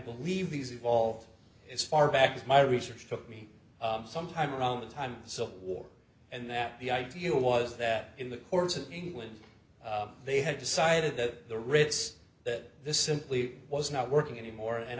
believe these evolved as far back as my research took me sometime around the time so war and that the idea was that in the course of england they had decided that the ritz that this simply was not working anymore and